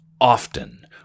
often